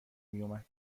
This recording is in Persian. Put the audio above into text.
میومد